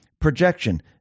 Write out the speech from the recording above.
Projection